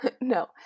no